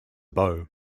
bow